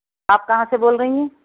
آپ کہاں سے بول رہی ہیں